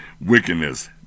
wickedness